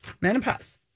menopause